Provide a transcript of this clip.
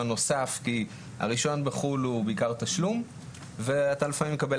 נוסף כי הרישיון בחו"ל הוא בעיקר תשלום ואתה לפעמים מקבל